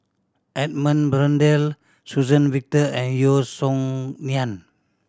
Edmund Blundell Suzann Victor and Yeo Song Nian